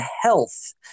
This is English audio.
health